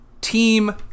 team